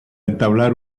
entablar